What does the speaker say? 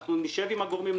אנחנו נשב עם הגורמים,